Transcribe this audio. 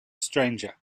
stranger